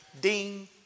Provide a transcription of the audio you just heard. Ding